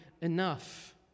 enough